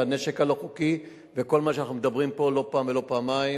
הנשק הלא-חוקי וכל מה שאנחנו מדברים פה לא פעם ולא פעמיים.